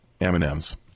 M&M's